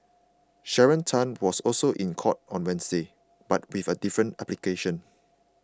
Sharon Tan was also in court on Wednesday but with a different application